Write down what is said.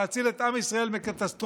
להציל את עם ישראל מקטסטרופה,